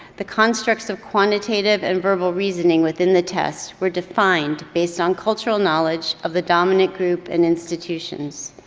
the constructs of quantitative and verbal reasoning within the test were defined based on cultural knowledge of the dominant group and institutions.